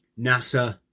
NASA